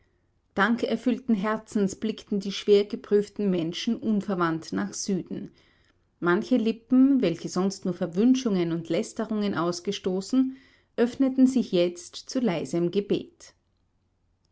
dankerfüllten herzens blickten die schwer geprüften menschen unverwandt nach süden manche lippen welche sonst nur verwünschungen und lästerungen ausgestoßen öffneten sich jetzt zu leisem gebet